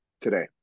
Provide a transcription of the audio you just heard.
today